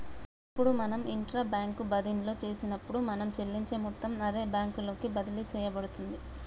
ఇప్పుడు మనం intra bank బదిన్లో చేసినప్పుడు మనం చెల్లించే మొత్తం అదే బ్యాంకు లోకి బదిలి సేయబడుతుంది